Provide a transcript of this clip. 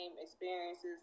experiences